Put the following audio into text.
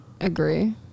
Agree